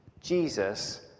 Jesus